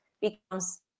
becomes